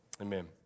Amen